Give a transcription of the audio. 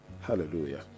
hallelujah